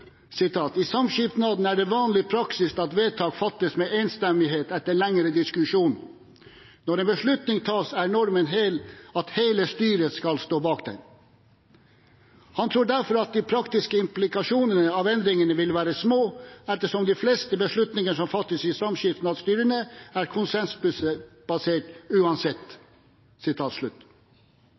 er det vanlig praksis at vedtak fattes med enstemmighet etter lengre diskusjon. Når en beslutning tas, er normen at hele styret skal stå bak den. Han tror derfor at de praktiske implikasjonene av endringen vil være små, ettersom de fleste beslutninger som fattes i samskipnadsstyret er konsensusbaserte uansett.» Det betyr at styrene